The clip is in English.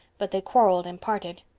but they quarreled and parted.